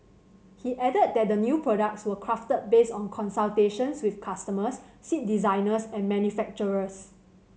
he added that the new products were crafted based on consultations with customers seat designers and manufacturers